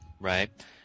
right